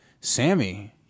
Sammy